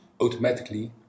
automatically